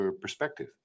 perspective